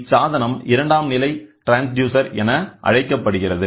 இச்சாதனம் இரண்டாம்நிலை ட்ரான்ஸ்டியூசர் என அழைக்கப்படுகிறது